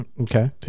okay